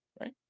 right